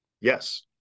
Yes